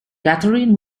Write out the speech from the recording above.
catherine